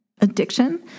Addiction